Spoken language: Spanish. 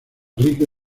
rica